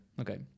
okay